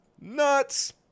Nuts